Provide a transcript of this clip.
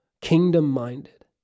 kingdom-minded